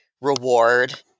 reward